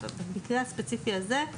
במקרה הספציפי הזה,